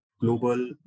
global